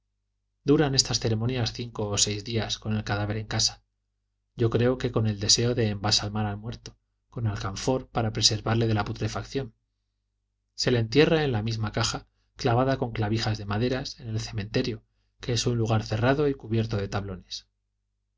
duran estas ceremonias cinco o seis días con el cadáver en casa yo creo que con el deseo de embalsamar al muerto con alcanfor para preservarle de la putrefacción se le entierra en la misma caja clavada con clavijas de madera en el cementerio que es un lugar cerrado y cubierto con tablones